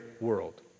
world